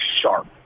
sharp